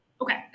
okay